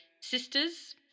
Sisters